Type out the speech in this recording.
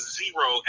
zero